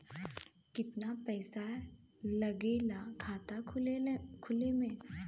कितना पैसा लागेला खाता खोले में?